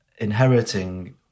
inheriting